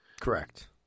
Correct